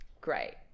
Great